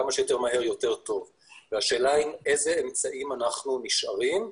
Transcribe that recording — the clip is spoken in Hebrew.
אבל השאלה היא עם איזה אמצעים אנחנו נשארים.